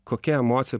kokia emocija